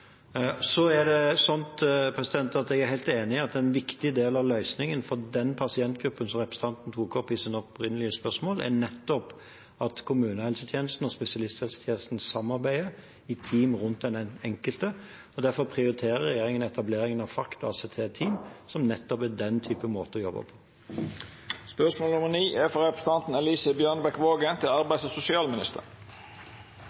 Så er jeg helt enig i at en viktig del av løsningen for den pasientgruppen som representanten tok opp i sitt opprinnelige spørsmål, er nettopp at kommunehelsetjenesten og spesialisthelsetjenesten samarbeider i team rundt den enkelte. Derfor prioriterer regjeringen etableringen av FACT- og ACT-team, som nettopp er den type måte å jobbe